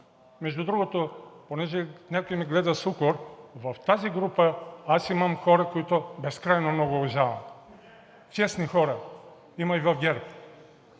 между другото, понеже някои ме гледат с укор – в тази група аз имам хора, които безкрайно много уважавам. Честни хора има и в ГЕРБ.